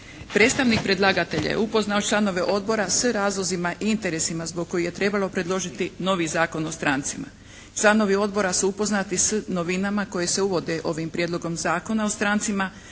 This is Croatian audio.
Predstavnik predlagatelja je upoznao članove Odbora s razlozima i interesima zbog kojih je trebalo predložiti novi Zakon o strancima. Članovi Odbora su upoznati s novinama koje se uvode ovim Prijedlogom Zakona o strancima